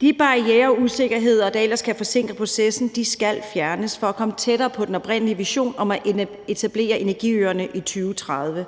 De barrierer og usikkerheder, der ellers kan forsinke processen, skal fjernes for at komme tættere på den oprindelige vision om at etablere energiøerne i 2030.